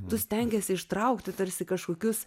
du stengėsi ištraukti tarsi kažkokius